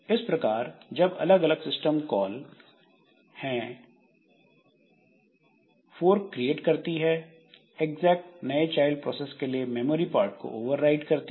इस प्रकारयह सब अलग अलग सिस्टम कॉल हैं फोर्क क्रिएट करती है एग्जैक नए चाइल्ड प्रोसेस के लिए मेमोरी पार्ट को औवरराइट करती है